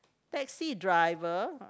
taxi driver